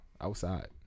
Outside